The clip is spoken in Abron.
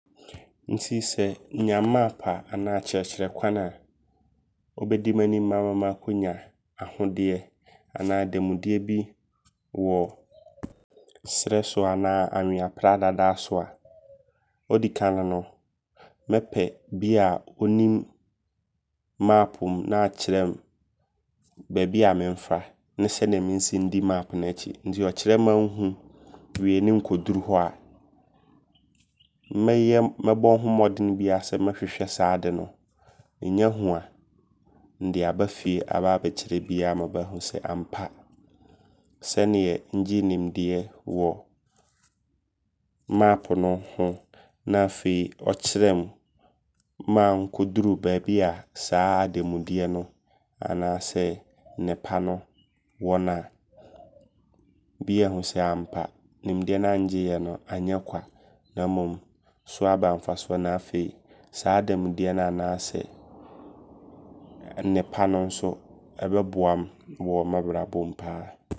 Nti sɛ nnya map anaasɛ akyerɛkyerɛkwan a ɔbɛdi n'anum ama makɔnya ahodeɛ. Anaa adamudeɛ bi wɔ serɛ so anaa awea pradadaa so a. Odikane no, mepɛ bia ɔnim mapo mu na akyerɛ me baabi me mfa ne sɛneɛ mensi ndi mapo no akyi. Nti sɛ ɔkyerɛm ma nhu wie ne nkɔduru hɔ a. Mɛyɛ mɛbɔ nho mmɔdene biara sɛ mɛhwehwɛ saa ade no. Nnya hu a, ndea aba fie abɛkyerɛ biaa ma bɛahu sɛ ampa sɛneɛ ngyee nimdeɛ wɔ mapo no ho na afei ɔkyerɛmm maa nkɔduru baabi a saa adamudeɛ no anaasɛ nnepa no wɔ na a. Biaa ahu ampa nimdeɛ na ngyeeyɛ no anyɛ kwa. Na mmom so aba mfasoɔ. Na afei saa adamudeɛ no anaasɛ nnepa no nso ɛbɛboam wɔ m'abrabɔ mu.